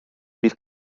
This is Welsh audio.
bydd